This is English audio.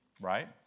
Right